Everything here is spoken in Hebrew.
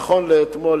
נכון לאתמול,